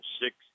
six